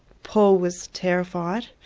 paul was terrified.